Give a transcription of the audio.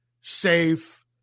safe